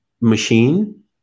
machine